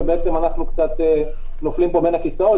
ובעצם אנחנו קצת נופלים פה בין הכיסאות